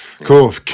cool